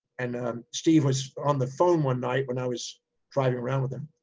and um steve was on the phone one night when i was driving around with them.